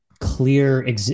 clear